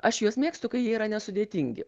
aš juos mėgstu kai jie yra nesudėtingi